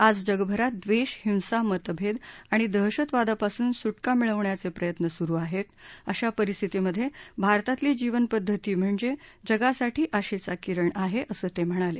आज जगभरात ड्रेष हिंसा मतभेद आणि दहशतवादापासून सुटका मिळवण्याचे प्रयत्न सुरु आहेत अशा परिस्थितीमधे भारतातली जीवनपद्धती म्हणजे जगासाठी आशेचा किरण आहे असं ते म्हणाले